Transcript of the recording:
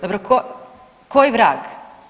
Dobro koji vrag?